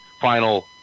final